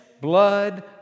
blood